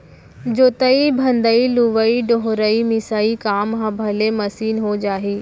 जोतइ भदई, लुवइ डोहरई, मिसाई काम ह भले मसीन हो जाही